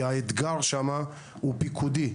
כי האתגר שם הוא פיקודי,